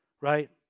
right